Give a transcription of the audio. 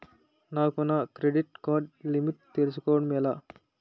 నాకు నా credit card limit తెలుసుకోవడం ఎలా?